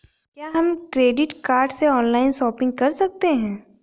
क्या हम credit card से ऑनलाइन शॉपिंग कर सकते हैं?